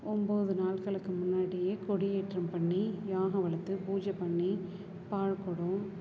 ஒம்பது நாட்களுக்கு முன்னாடியே கொடியேற்றம் பண்ணி யாகம் வளர்த்து பூஜை பண்ணி பால் குடம்